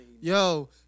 Yo